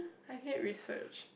I hate research